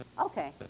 Okay